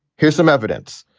here's some evidence.